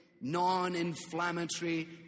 non-inflammatory